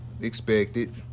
expected